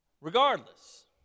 Regardless